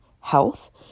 health